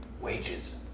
Wages